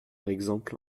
exemple